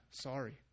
Sorry